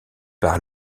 par